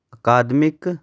academic